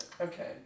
okay